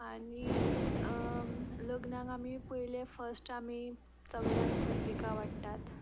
आनी लग्नाक आमी पयले फस्ट आमी सगल्यांक पत्रिका वाडटात